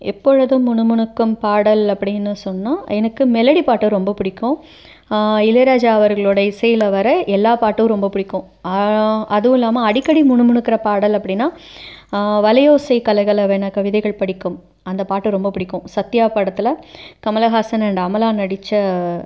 எப்பொழுதும் முணுமுணுக்கும் பாடல் அப்படின்னு சொன்னால் எனக்கு மெலடி பாட்டு ரொம்ப பிடிக்கும் இளையராஜா அவர்களோடய இசையில் வர எல்லா பாட்டும் ரொம்ப பிடிக்கும் அதுவும் இல்லாமல் அடிக்கடி முணுமுணுக்கிற பாடல் அப்படின்னா வலையோசை கலகலவென கவிதைகள் படிக்கும் அந்த பாட்டு ரொம்ப பிடிக்கும் சத்தியா படத்தில் கமலஹாசன் அண்ட் அமலா நடுத்த